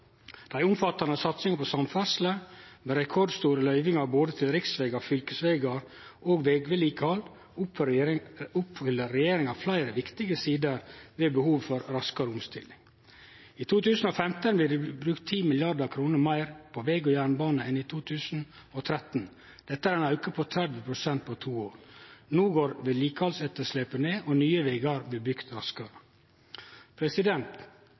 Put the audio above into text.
Med dei omfattande satsingane på samferdsle med rekordstore løyvingar både til riksvegar, fylkesvegar og vegvedlikehald oppfyller regjeringa fleire viktige sider ved behovet for raskare omstilling. I 2015 blir det brukt 10 mrd. kr meir på veg og jernbane enn i 2013. Dette er ein auke på 30 pst. på to år. No går vedlikehaldsetterslepet ned, og nye vegar blir bygde raskare.